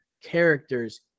characters